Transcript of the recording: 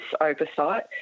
oversight